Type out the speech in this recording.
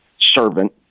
servant